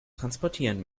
transportieren